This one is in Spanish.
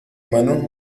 mano